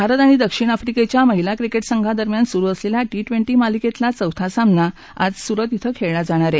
भारत आणि दक्षिण आफ्रीकेच्या महिला क्रिकेट संघादरम्यान सुरु असलेला टी ट्वेंटी मालिकेतला चौथा सामना आज सुरत शिं खेळला जाणार आहे